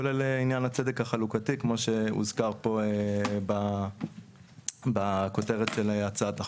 כולל עניין הצדק החלוקתי כמו שהוזכר פה בכותרת של הצעת החוק.